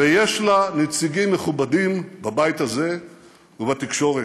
ויש לה נציגים מכובדים בבית הזה ובתקשורת.